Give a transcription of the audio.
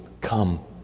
Come